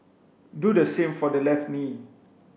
do the same for the left knee